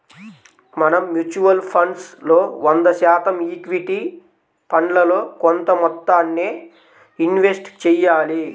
మనం mutual funds లో వంద శాతం ఈక్విటీ ఫండ్లలో కొంత మొత్తాన్నే ఇన్వెస్ట్ చెయ్యాలి